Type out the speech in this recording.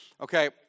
Okay